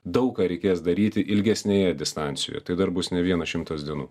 daug ką reikės daryti ilgesnėje distancijoje tai dar bus ne vienas šimtas dienų